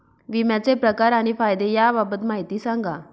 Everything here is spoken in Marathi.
विम्याचे प्रकार आणि फायदे याबाबत माहिती सांगा